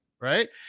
right